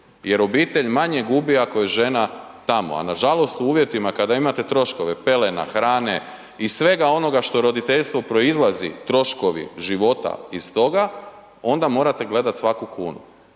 jer obitelj manje gubi ako je žena tamo, a nažalost u uvjetima kada imate troškove pelena, hrane i svega onoga što roditeljstvo proizlazi troškovi života iz toga, onda morate gledati svaku kunu.